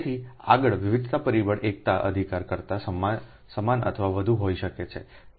તેથી આગળ વિવિધતા પરિબળ એકતા અધિકાર કરતા સમાન અથવા વધુ હોઈ શકે છે